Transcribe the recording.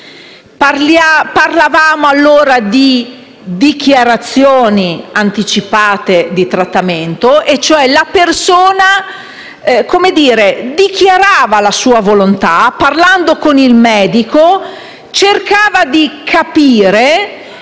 Parlavamo, allora, di dichiarazioni anticipate di trattamento e cioè la persona dichiarava la sua volontà parlando con il medico, cercando di capire